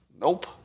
Nope